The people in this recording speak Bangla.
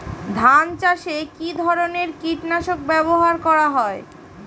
ধান চাষে কী ধরনের কীট নাশক ব্যাবহার করা হয়?